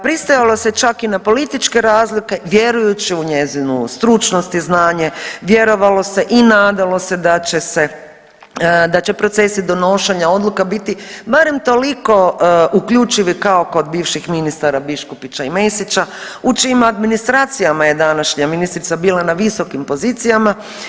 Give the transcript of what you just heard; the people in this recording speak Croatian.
Pristajalo se čak i na političke razloge vjerujući u njezinu stručnost i znanje, vjerovalo se i nadalo se da će procesi donošenja odluka biti barem toliko uključivi kao kod bivših ministara Biškupića i Mesića u čijim administracijama je današnja ministrica bila na visokim pozicijama.